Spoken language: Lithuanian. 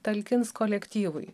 talkins kolektyvui